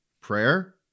Prayer